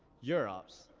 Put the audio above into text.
urops,